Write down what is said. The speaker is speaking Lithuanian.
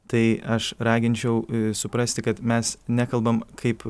tai aš raginčiau suprasti kad mes nekalbam kaip